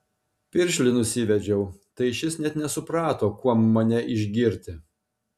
piršlį nusivedžiau tai šis net nesuprato kuom mane išgirti